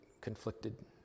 conflicted